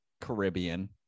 Caribbean